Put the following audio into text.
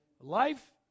life